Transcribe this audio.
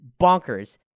bonkers